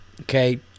Okay